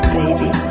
baby